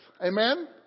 Amen